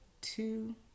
two